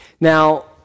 Now